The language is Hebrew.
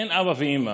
אין אבא ואימא,